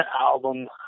album